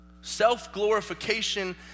Self-glorification